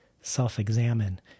self-examine